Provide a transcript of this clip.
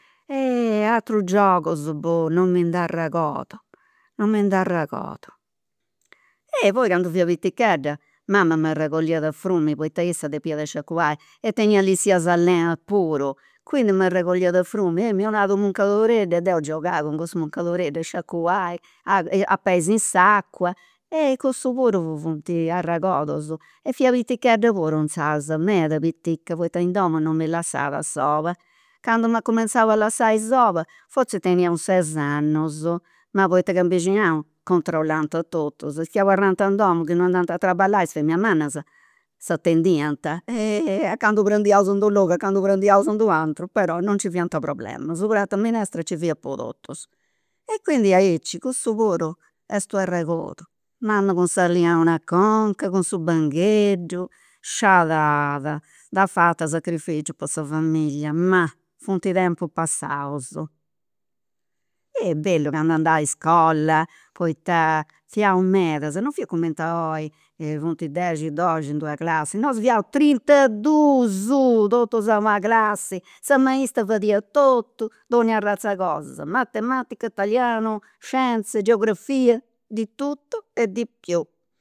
aterus giogus, boh, non mi nd'arregordu, non mi nd'arregordu. poi candu fia pitichedda mama m'arregolliat a frumini poita issa depiat sciacuai e teniat lissias alenas puru, quindi m'arregolliat a frumini e mi 'onat u' muccadoreddu e deu giogà cun cussu muccadoreddu a sciacuai, a pei in s'acua, cussus puru funt arregordus e fia piticheda puru insaras, meda pitica, poita in domu non mi lassat a sola. Candu m'at cumenzau a lassai sola forzis tenia un ses annus ma poita in bixinau controllant a totus, is chi abarrant in domu chi non andant a traballai, is feminas mannas, s'atendiant a candu prandiaus in d'u' logu a candu prandiaus in d'u' ateru, però non nci fiant problemas, u' prat'e minestra nci fiat po totus. E quindi est diaici, cussu puru est u' arregordu, mama cun sa liauna a conca, cun su bangheddu, sciadada, nd'at fatu de sacrificiu po sa familia, ma funt tempus passaus. bellu candu andà a iscola poita fiaus medas, non fiat cumenti a oi, funt dexi o doxi in d'una classi, nosu fiaus trintadus, totus a una classi, sa maistra fadiat totu, donnia arratz'e cosa, matematica italiano scienze geografia, di tutto e di più